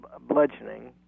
bludgeoning